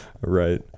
Right